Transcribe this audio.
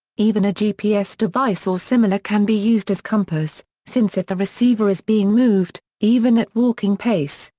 even a gps device or similar can be used as compass, since if the receiver is being moved, even at walking pace,